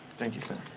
thank you, sir.